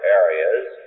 areas